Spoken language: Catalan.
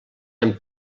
amb